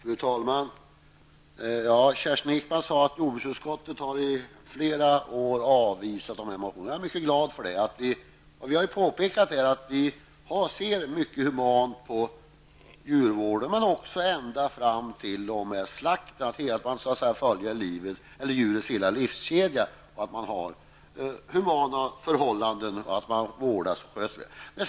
Fru talman! Kerstin Ekman sade att jordbruksutskottet i flera år har avvisat dessa motioner. Jag är glad för det. Vi har påpekat att vi ser mycket humant på djurvården, också till och med slakten. Det gäller att ha humana förhållanden under djurets hela livskedja.